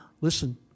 listen